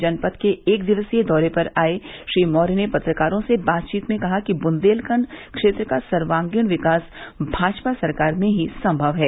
जनपद के एक दिवसीय दौरे पर आये श्री मौर्य ने पत्रकारों से बातचीत में कहा कि बुंदेलखंड क्षेत्र का सर्वागीण विकास भाजपा सरकार में ही संगव है